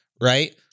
right